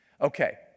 okay